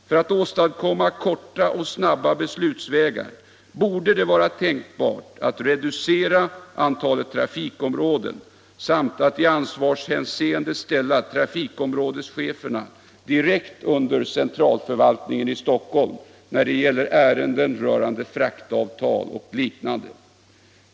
För att åstadkomma korta och snabba beslutsvägar borde det vara tänkbart att reducera antalet trafikområden samt att i ansvarshänseende ställa trafikområdescheferna direkt under centralförvaltningen i Stockholm när det gäller ärenden rörande fraktavtal och liknande.